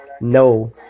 no